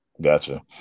Gotcha